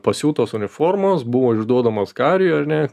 pasiūtos uniformos buvo išduodamos kariui ar ne